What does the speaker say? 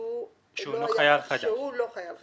שהוא לא חייל חדש.